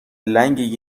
لنگ